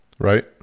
Right